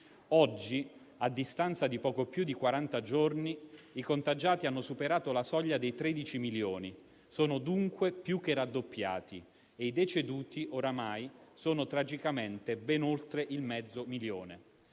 Oggi, a distanza di poco più di quaranta giorni, i contagiati hanno superato la soglia dei 13 milioni. Sono dunque più che raddoppiati e i deceduti, oramai, sono tragicamente ben oltre il mezzo milione.